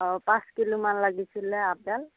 অঁ পাঁচ কিলোমান লাগিছিলে আপেল